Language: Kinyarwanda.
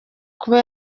kuba